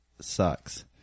sucks